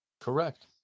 Correct